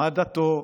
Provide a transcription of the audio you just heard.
מה דתו,